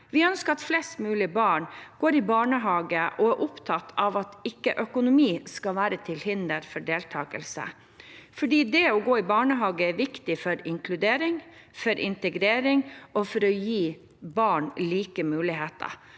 Vi ønsker at flest mulig barn går i barnehage, og vi er opptatt av at økonomi ikke skal være til hinder for deltakelse. Det å gå i barnehage er viktig for inkludering, for integrering og for å gi barn like muligheter.